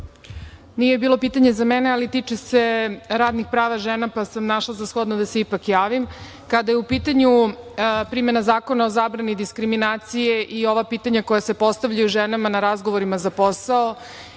Nije bilo pitanje za mene, ali tiče se radnih prava žena pa sam našla za shodno da se ipak javim. Kada je u pitanju primena Zakona o zabrani diskriminacije i ova pitanja koja se postavljaju ženama na razgovorima za posao